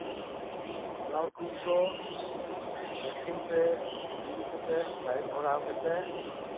ᱱᱚᱞᱠᱩᱯ ᱫᱚ ᱢᱮᱥᱤᱱ ᱛᱮ ᱰᱨᱤᱞ ᱠᱟᱛᱮ ᱯᱟᱭᱤᱯ ᱵᱷᱚᱨᱟᱣ ᱠᱟᱛᱮ